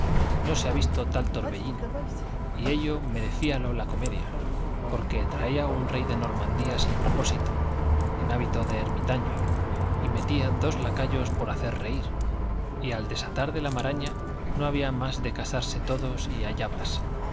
no se ha visto tal torbellino y ello merecíalo la comedia porque traía un rey de normandía sin propósito en hábito de ermitaño y metía dos lacayos por hacer reír y al desatar de la maraña no había más de casarse todos y allá vas